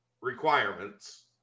requirements